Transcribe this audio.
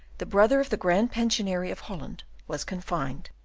the brother of the grand pensionary of holland was confined.